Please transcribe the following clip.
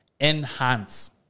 enhance